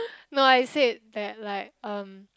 no I said that like um